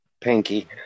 Pinky